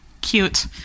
cute